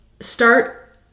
start